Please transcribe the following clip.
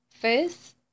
First